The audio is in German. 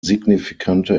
signifikante